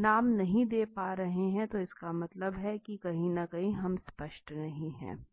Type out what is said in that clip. नाम नहीं दे पा रहे तो इसका मतलब है कि कहीं न कहीं हम स्पष्ट नहीं हैं